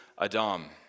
Adam